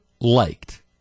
liked